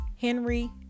Henry